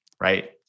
right